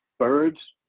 birds,